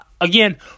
again